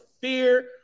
fear